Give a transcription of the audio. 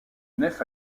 nef